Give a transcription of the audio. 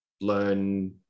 learn